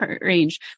range